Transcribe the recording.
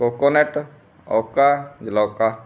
coconut ਓਕਾ ਜਲੋਕਾ